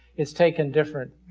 it's taken different